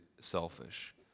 selfish